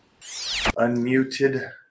Unmuted